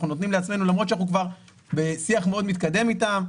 למרות שאנחנו כבר בשיח מאוד מתקדם איתם,